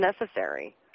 necessary